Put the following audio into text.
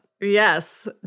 Yes